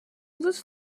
this